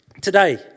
today